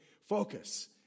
focus